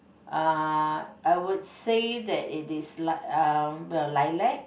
uh I would say that it is li~ uh well lilac